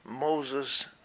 Moses